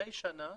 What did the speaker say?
מדי שנה,